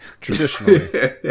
Traditionally